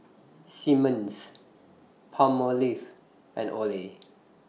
Simmons Palmolive and Olay